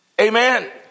Amen